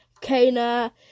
Kana